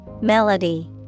Melody